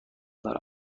دارم